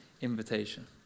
invitation